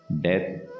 death